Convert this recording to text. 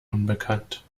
unbekannt